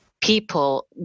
people